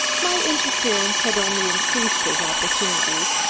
my interference had only increased his opportunities,